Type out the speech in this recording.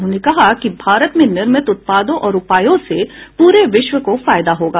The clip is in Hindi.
उन्होंने कहा कि भारत में निर्मित उत्पादों और उपायों से पूरे विश्व को फायदा होगा